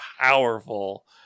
powerful